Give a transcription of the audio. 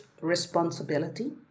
responsibility